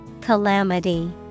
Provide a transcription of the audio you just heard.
Calamity